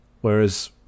Whereas